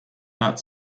that